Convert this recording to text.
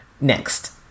Next